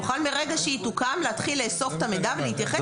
נוכל מרגע שהיא תוקם להתחיל לאסוף את המידע ולהתייחס.